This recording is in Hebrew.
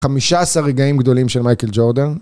חמישה עשר רגעים גדולים של מייקל ג'ורדן.